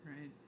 Right